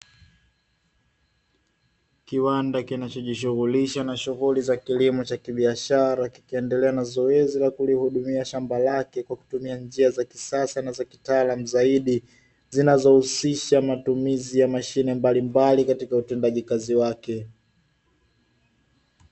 Kiwanda kinachojishughulisha na shughuli za kilimo cha kibiashara kikiendelea zoezi la kulihudumia shamba lake kwa kutumia njia za kisasa na za kitaalamu zaidi, zinazohusisha matumizi ya mashine mbali mbali katika utendaji kazi wake.